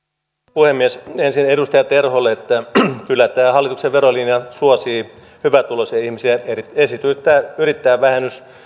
puhemies ensin edustaja terholle kyllä tämä hallituksen verolinja suosii hyvätuloisia ihmisiä esimerkiksi tämä yrittäjävähennys joka